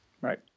right